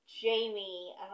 Jamie